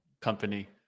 company